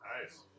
Nice